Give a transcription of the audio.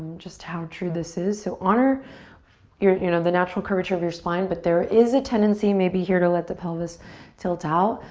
just how true this is. so honor you know the natural curvature of your spine but there is a tendency maybe here to let the pelvis tilt out.